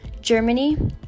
Germany